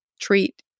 treat